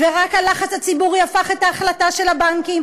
ורק הלחץ הציבורי הפך את ההחלטה של הבנקים